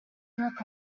broke